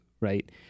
right